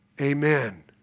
amen